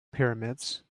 pyramids